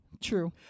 true